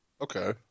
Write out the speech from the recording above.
Okay